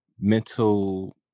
mental